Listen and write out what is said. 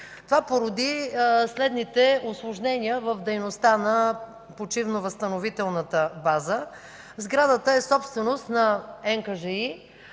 Това породи следните усложнения в дейността на почивно-възстановителната база – сградата е собственост на